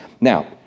Now